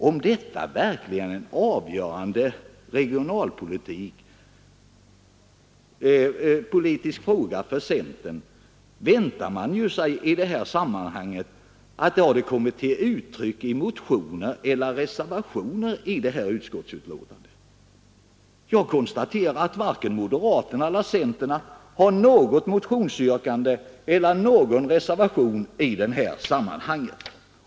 Om detta verkligen är en avgörande regionalpolitisk fråga för centern, väntar man sig i det här sammanhanget att det hade kommit till uttryck i motioner eller reservationer i utskottets betänkande. Jag konstaterar att varken moderaterna eller centern har något motionsyrkande eller någon reservation i det här sammanhanget.